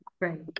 Right